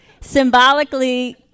symbolically